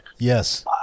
Yes